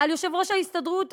על יושב-ראש ההסתדרות,